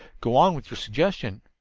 go on with your suggestion.